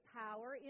power